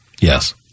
Yes